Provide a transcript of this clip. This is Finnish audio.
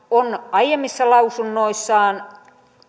on aiemmissa lausunnoissaan